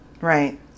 Right